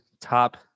top